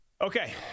okay